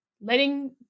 letting